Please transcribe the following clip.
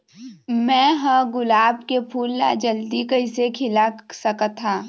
मैं ह गुलाब के फूल ला जल्दी कइसे खिला सकथ हा?